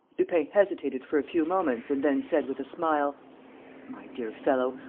lupin hesitated for a few moments and then said with a smile my dear fellow,